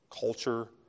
culture